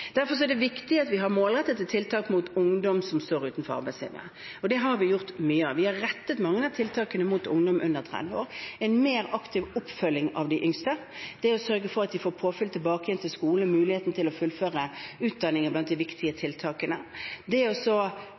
Derfor er det viktig at vi har målrettede tiltak mot ungdom som står utenfor arbeidslivet. Det har vi gjort mye av – vi har rettet mange av tiltakene mot ungdom under 30 år. En mer aktiv oppfølging av de yngste, det å sørge for at de får påfyll tilbake igjen i skolen og muligheten til å fullføre utdanning, er blant de viktige tiltakene. Det